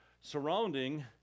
surrounding